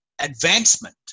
advancement